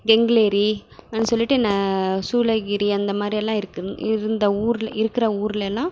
எங் லேடி ஆன்னு சொல்லிவிட்டு ந சூளகிரி அந்தமாதிரியெல்லாம் இருக்கு இருந்த ஊரில் இருக்கிற ஊருலல்லாம்